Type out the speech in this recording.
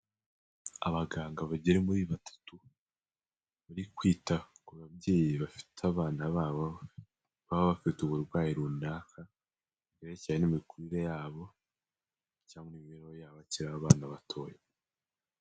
Abaganga bagera muri batatu bari kwita ku babyeyi bafite abana babo baba bafite uburwayi runaka bwerekeranye n'imikurire yabo cyangwa imibereho yabo babakiri abana batoya.